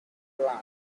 land